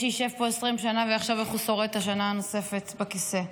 שישב פה 20 שנה ויחשוב איך הוא שורד את השנה הנוספת בכיסא.